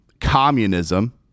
communism